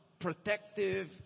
protective